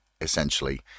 essentially